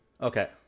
Okay